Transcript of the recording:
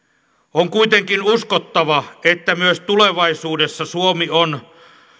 on kuitenkin uskottava että myös tulevaisuudessa suomi on